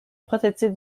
prototype